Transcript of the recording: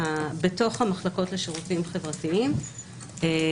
במיוחד אם נדבר על עובדים סוציאליים שהם